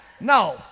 No